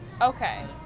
Okay